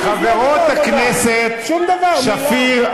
חברות הכנסת שפיר,